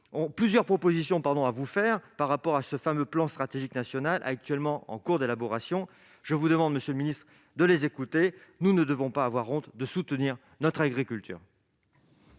ont plusieurs propositions à vous faire sur le plan stratégique national, en cours d'élaboration. Je vous demande, monsieur le ministre, de les écouter. Nous ne devons pas avoir honte de soutenir notre agriculture.